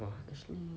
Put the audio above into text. !wah! actually